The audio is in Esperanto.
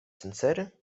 sincere